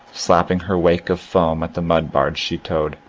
slapping her wake of foam at the mud-barge she towed.